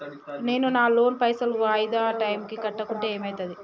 నేను నా లోన్ పైసల్ వాయిదా టైం కి కట్టకుంటే ఏమైతది?